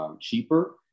cheaper